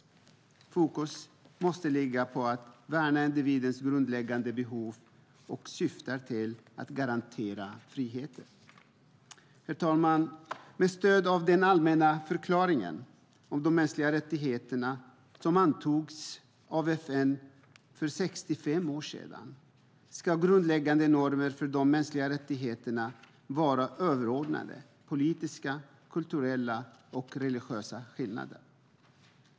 Fokus måste ligga på att tillgodose individens grundläggande behov och syfta till att garantera friheter. Herr talman! Med stöd av den allmänna förklaringen om de mänskliga rättigheterna, som antogs av FN för 65 år sedan, ska grundläggande normer för de mänskliga rättigheterna vara överordnade politiska, kulturella och religiösa skillnader.